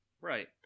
Right